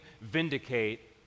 vindicate